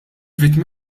vittmi